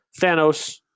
Thanos